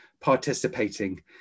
participating